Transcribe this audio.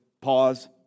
Pause